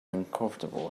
uncomfortable